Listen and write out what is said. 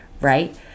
right